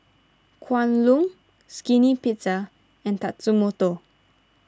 Kwan Loong Skinny Pizza and Tatsumoto